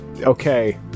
okay